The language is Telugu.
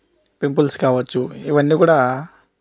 పింపుల్స్ కావచ్చు ఇవన్నీ కూడా